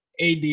AD